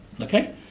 Okay